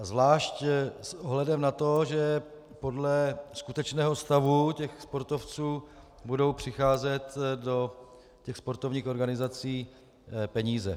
A zvlášť s ohledem na to, že podle skutečného stavu sportovců budou přicházet do sportovních organizací peníze.